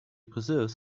preserves